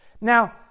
Now